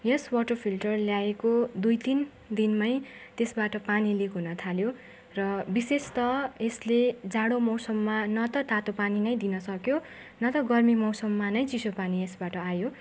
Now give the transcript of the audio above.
यस water filter ल्याएको दुई तिन दिनमै त्यसबाट पानी लिक हुन थाल्यो र विशेषतः यसले जाडो मौसममा न त तातो पानी नै दिन सक्यो न त गर्मी मौसममा नै चिसो पानी यसबाट आयो